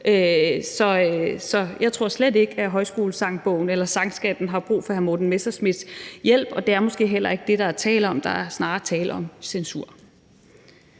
så jeg tror slet ikke, at Højskolesangbogen eller sangskatten har brug for hr. Morten Messerschmidts hjælp, men det er måske heller ikke det, der er tale om, for der er snarere tale om censur.